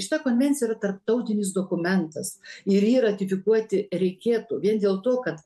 šita konvencija yra tarptautinis dokumentas ir jį ratifikuoti reikėtų vien dėl to kad